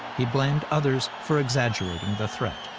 he blamed others for exaggerating the threat.